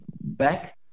back